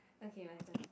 okay my turn